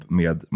med